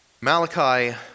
Malachi